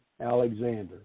alexander